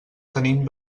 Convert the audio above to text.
tenint